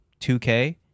2k